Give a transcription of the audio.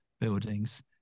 buildings